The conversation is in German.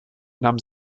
nahm